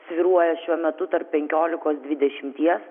svyruoja šiuo metu tarp penkiolikos dvidešimties